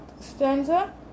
stanza